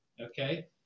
okay